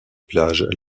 plages